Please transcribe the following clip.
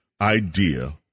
idea